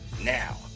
now